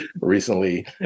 recently